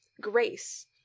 grace